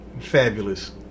fabulous